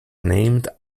named